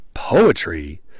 Poetry